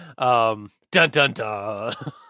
Dun-dun-dun